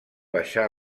baixar